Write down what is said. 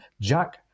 Jack